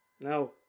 no